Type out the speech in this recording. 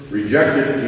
rejected